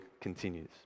continues